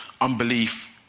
Unbelief